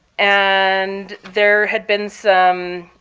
and there had been some